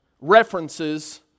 references